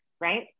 Right